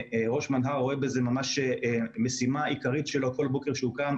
ראש מנה"ר רואה בזה ממש משימה עיקרית שלו כל בוקר כשהוא קם,